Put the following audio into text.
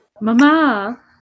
mama